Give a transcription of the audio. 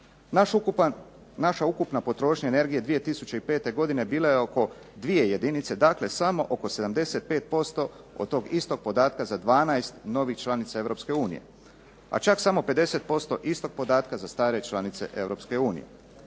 Naša ukupna potrošnja energije 2005. godine bila je oko dvije jedinice, dakle samo oko 75% od tog istog podatka za 12 novih članica Europske unije, a čak samo 50% istog podatka za stare članice